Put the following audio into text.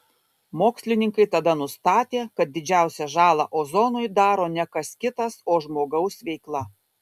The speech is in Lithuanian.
mokslininkai tada nustatė kad didžiausią žalą ozonui daro ne kas kitas o žmogaus veikla